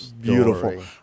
Beautiful